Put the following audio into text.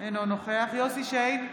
אינו נוכח יוסף שיין,